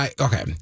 Okay